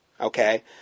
Okay